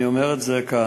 אני אומר את זה כאן.